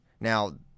Now